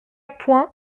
point